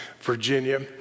Virginia